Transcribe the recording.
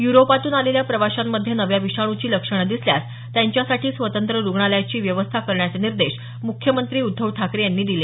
युरोपातून आलेल्या प्रवाशांमध्ये नव्या विषाणूची लक्षणं दिसल्यास त्यांच्यासाठी स्वतंत्र रुग्णालयाची व्यवस्था करण्याचे निर्देश मुख्यमंत्री उद्धव ठाकरे यांनी दिले